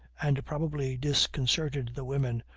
and probably disconcerted the women,